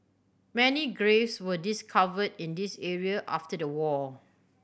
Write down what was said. many graves were discovered in these area after the war